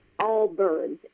Allbirds